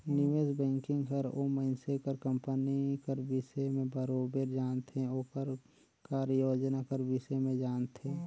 निवेस बैंकिंग हर ओ मइनसे कर कंपनी कर बिसे में बरोबेर जानथे ओकर कारयोजना कर बिसे में जानथे